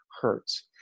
hurts